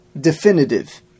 definitive